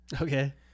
Okay